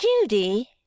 Judy